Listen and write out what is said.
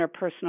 interpersonal